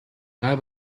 гай